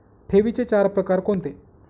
ठेवींचे चार प्रकार कोणते?